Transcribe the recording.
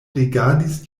rigardis